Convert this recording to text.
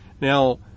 Now